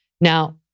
Now